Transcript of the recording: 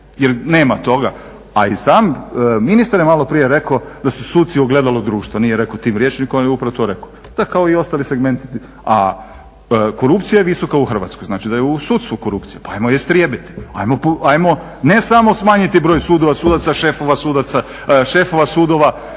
jer nema toga. A i sam ministar je maloprije rekao da su suci ogledalo društva, nije rekao tim rječnikom ali je upravo to rekao, da kao i ostali segmenti, a korupcija je visoka u Hrvatskoj, znači da je i u sudstu korupcija pa ajmo je istrijebiti, ajmo ne samo smanjiti broj sudova, sudaca, šefova